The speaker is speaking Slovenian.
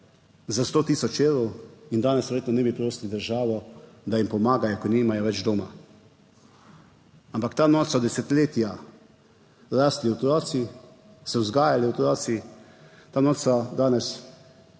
za 100 tisoč evrov in danes verjetno ne bi prosili državo, da jim pomagajo, ko nimajo več doma. Ampak ta noč so desetletja rasli otroci, se vzgajali otroci, ta noč so danes